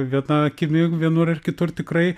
viena akimi vienur ir kitur tikrai